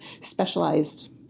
specialized